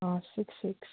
six six